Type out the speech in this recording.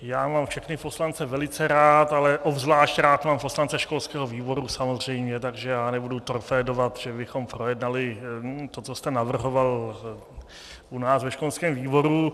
Já mám všechny poslance velice rád, ale obzvláště rád mám poslance školského výboru samozřejmě, takže já nebudu torpédovat, že bychom projednali to, co jste navrhoval u nás ve školském výboru.